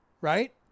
right